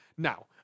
Now